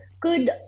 good